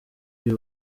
uyu